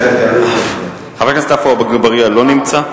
חבר הכנסת עפו אגבאריה, לא נמצא.